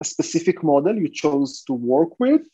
מודל ספציפי שבחרנו לעבוד איתו